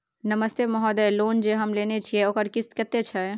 नमस्ते महोदय, लोन जे हम लेने छिये ओकर किस्त कत्ते छै?